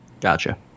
Gotcha